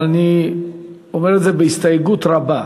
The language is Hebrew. אבל אני אומר את זה בהסתייגות רבה.